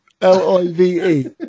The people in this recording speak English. L-I-V-E